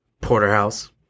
porterhouse